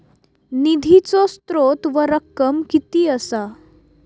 निधीचो स्त्रोत व रक्कम कीती असा?